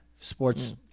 sports